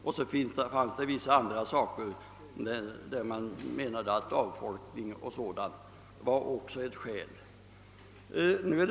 Dessutom skulle förluster på grund av avfolkning också vara skäl för extra bidrag.